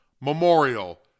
memorial